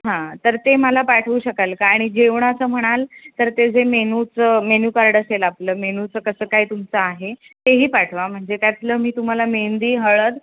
हां तर ते मला पाठवू शकाल का आणि जेवणाचं म्हणाल तर ते जे मेनूचं मेन्यू कार्ड असेल आपलं मेनूचं कसं काय तुमचं आहे तेही पाठवा म्हणजे त्यातलं मी तुम्हाला मेहंदी हळद